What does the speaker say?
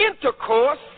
intercourse